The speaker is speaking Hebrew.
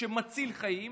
שמציל חיים,